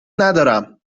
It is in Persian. ندارم